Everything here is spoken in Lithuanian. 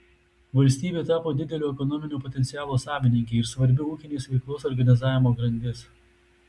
valstybė tapo didelio ekonominio potencialo savininkė ir svarbi ūkinės veiklos organizavimo grandis